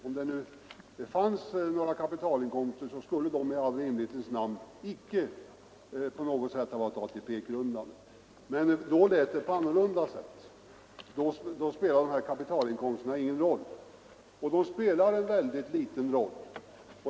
Om det fanns några kapitalinkomster skulle de i rimlighetens namn icke på något sätt ha varit ATP-grundande. Men då lät det annorlunda. Då spelade kapitalinkomsterna ingen roll. Och de spelar en mycket liten roll.